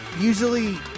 Usually